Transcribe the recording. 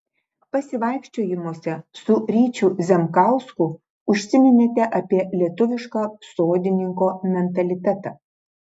pasivaikščiojimuose su ryčiu zemkausku užsiminėte apie lietuvišką sodininko mentalitetą